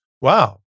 Wow